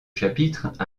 chapitres